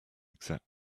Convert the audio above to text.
exact